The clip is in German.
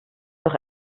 doch